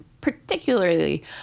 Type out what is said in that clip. particularly